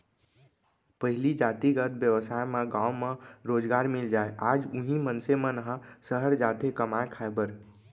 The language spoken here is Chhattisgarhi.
पहिली जातिगत बेवसाय म गाँव म रोजगार मिल जाय आज उही मनसे मन ह सहर जाथे कमाए खाए बर